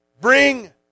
bring